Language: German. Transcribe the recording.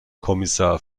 kommissar